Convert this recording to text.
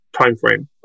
timeframe